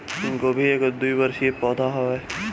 गोभी एगो द्विवर्षी पौधा हवे